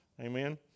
Amen